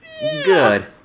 Good